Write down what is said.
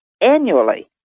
annually